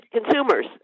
consumers